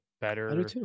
better